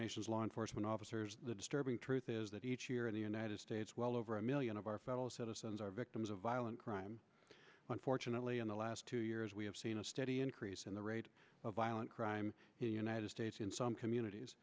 nation's law enforcement officers the disturbing truth is that each year in the united states well over a million of our fellow citizens are victims of violent crime unfortunately in the last two years we have seen a steady increase in the rate of violent crime in united states in some communities